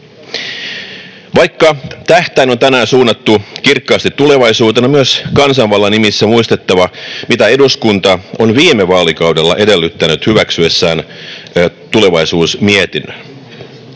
Vaikka tähtäin on tänään suunnattu kirkkaasti tulevaisuuteen, on myös kansanvallan nimissä muistettava, mitä eduskunta on viime vaalikaudella edellyttänyt hyväksyessään tulevaisuusmietinnön.